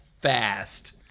fast